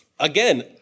Again